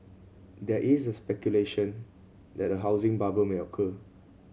there is a speculation that a housing bubble may occur